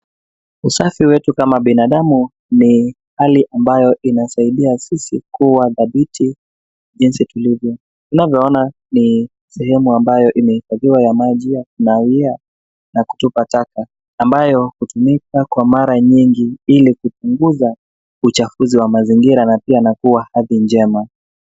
Usafi wetu kama binadamu ni hali ambayo inasaidia sisi kuwa dhabiti jinsi tulivyo. Tunavyoona ni sehemu ambayo imehifadhiwa ya maji ya kunawia na kutupa taka ambayo hutumika kwamara nyingi ili kupunguza uchafuzi wa mazingira na pia nafuu wa hadhi njema.